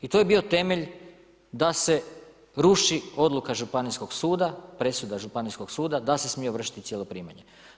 I to je bio temelj da se ruši odluka Županijskog suda, presuda Županijskog suda da se smije ovršiti cijelo primanje.